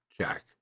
Jack